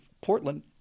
Portland